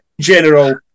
general